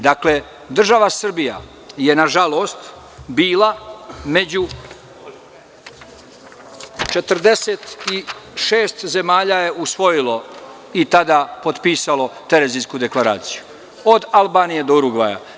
Dakle, država Srbija je, nažalost, bila među, 46 zemalja je usvojilo i tada potpisalo Terezinsku deklaraciju, od Albanije do Urugvaja.